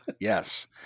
Yes